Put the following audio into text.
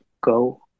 go